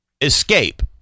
escape